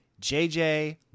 JJ